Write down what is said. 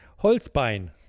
Holzbein